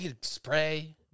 spray